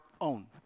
own